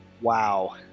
Wow